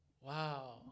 wow